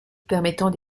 permettant